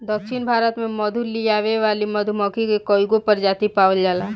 दक्षिण भारत में मधु लियावे वाली मधुमक्खी के कईगो प्रजाति पावल जाला